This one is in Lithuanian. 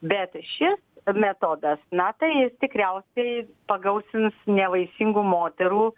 bet šis metodas na tai jis tikriausiai pagausins nevaisingų moterų